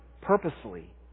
purposely